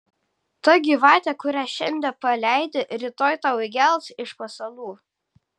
ta gyvatė kurią šiandien paleidi rytoj tau įgels iš pasalų